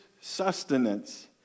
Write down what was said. sustenance